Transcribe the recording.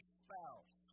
spouse